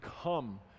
come